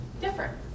different